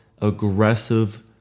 aggressive